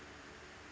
<Z